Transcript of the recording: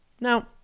Now